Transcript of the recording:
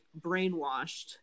brainwashed